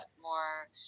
more